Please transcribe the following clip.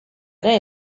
ere